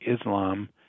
Islam